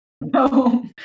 No